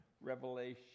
Revelation